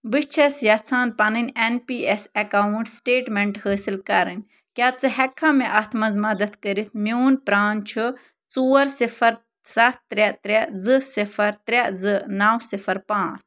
بہٕ چھس یژھان پنُن N P S account statement حٲصل کرٕنۍ کیٛاہ ژٕ ہؠکہٕ مےٚ اتھ منٛز مدد کٔرتھ میون پران چھ ژور صِفَر سَتھ ترٛےٚ ترٛےٚ زٕ صِفَر ترٛےٚ زٕ نَو صِفَر پانٛژھ